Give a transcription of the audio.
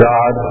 God